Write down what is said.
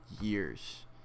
years